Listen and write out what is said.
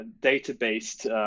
data-based